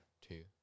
two